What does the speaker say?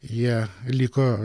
jie liko